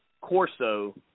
Corso